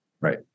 right